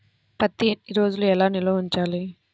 పత్తి ఎన్ని రోజులు ఎలా నిల్వ ఉంచాలి?